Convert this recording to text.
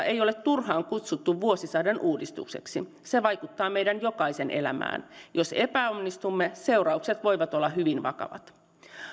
ei ole turhaan kutsuttu vuosisadan uudistukseksi se vaikuttaa meidän jokaisen elämään jos epäonnistumme seuraukset voivat olla hyvin vakavat